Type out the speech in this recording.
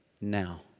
now